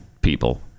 people